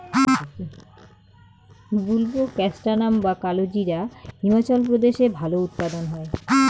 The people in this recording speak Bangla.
বুলবোকাস্ট্যানাম বা কালোজিরা হিমাচল প্রদেশে ভালো উৎপাদন হয়